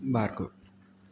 Bhargav